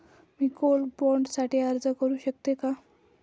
मी gold bond साठी अर्ज करु शकते का?